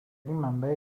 منبع